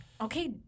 okay